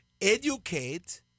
educate